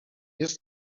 jest